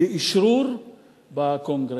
לאשרור בקונגרס,